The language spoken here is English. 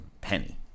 penny